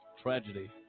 tragedy